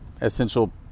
essential